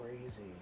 crazy